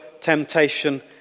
temptation